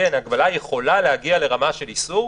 הגבלה יכולה להגיע לרמה של איסור,